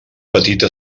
petita